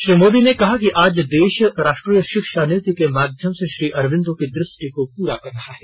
श्री मोदी ने कहा कि आज देश राष्ट्रीय शिक्षा नीति के माध्यम से श्री अरबिंदो की दुष्टि को पुरा कर रहा है